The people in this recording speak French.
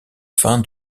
fin